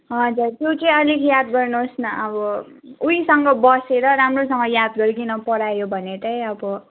हजुर त्यो चाहिँ अलिक याद गर्नुहोस् न अब उहीसँग बसेर राम्रोसँग याद गरिकन पढायो भने चाहिँ अब